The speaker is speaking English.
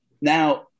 Now